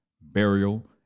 burial